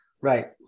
Right